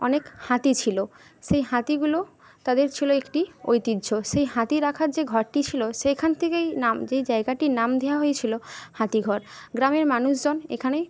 অনেক হাতি ছিল সেই হাতিগুলো তাদের ছিল একটি ঐতিহ্য সেই হাতি রাখার যে ঘরটি ছিল সেইখান থেকেই নাম যেই জায়গাটির নাম দেওয়া হয়েছিল হাতিঘর গ্রামের মানুষজন এখানে